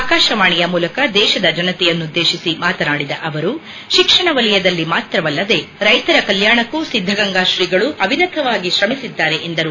ಆಕಾಶವಾಣಿಯ ಮೂಲಕ ದೇಶದ ಜನತೆಯನ್ನುದ್ದೇಶಿಸಿ ಮಾತನಾಡಿದ ಅವರು ಶಿಕ್ಷಣ ವಲಯದಲ್ಲಿ ಮಾತ್ರವಲ್ಲದೆ ರೈತರ ಕಲ್ಯಾಣಕ್ಕೂ ಸಿದ್ದಗಂಗಾ ಶ್ರೀಗಳು ಅವಿರತವಾಗಿ ಶ್ರಮಿಸಿದ್ದಾರೆ ಎಂದರು